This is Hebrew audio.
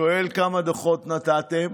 שואל כמה דוחות נתתם,